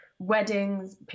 weddings